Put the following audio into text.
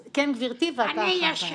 כן, גברתי, ואתה אחריה.